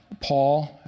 Paul